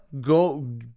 go